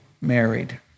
married